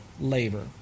labor